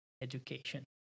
education